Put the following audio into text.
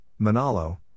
Manalo